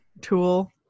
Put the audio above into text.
tool